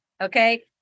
Okay